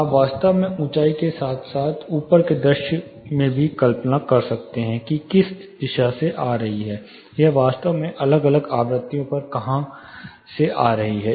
आप वास्तव में ऊंचाई के साथ साथ ऊपर के दृश्य में भी कल्पना कर सकते हैं कि यह किस दिशा से आ रही है और यह वास्तव में अलग अलग आवृत्तियों पर भी कहां से आ रही है